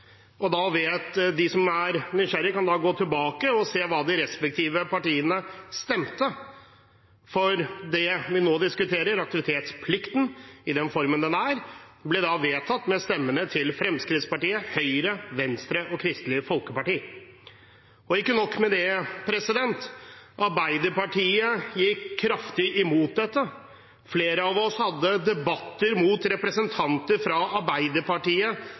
2016–2017. Da behandlet vi det vi diskuterer nå. De som er nysgjerrige, kan gå tilbake og se hva de respektive partiene stemte. For det vi nå diskuterer – aktivitetsplikten, i den formen den er – ble da vedtatt, med stemmene til Fremskrittspartiet, Høyre, Venstre og Kristelig Folkeparti. Ikke nok med det: Arbeiderpartiet gikk kraftig imot dette. Flere av oss hadde debatter mot representanter fra Arbeiderpartiet,